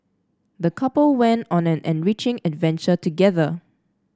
the couple went on an enriching adventure together